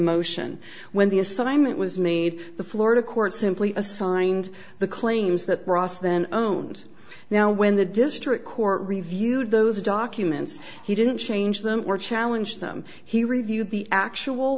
motion when the assignment was made the florida court simply assigned the claims that ross then own and now when the district court reviewed those documents he didn't change them or challenge them he reviewed the actual